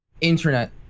internet